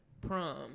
prom